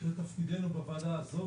זה תפקידנו בוועדה הזו,